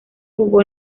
jugó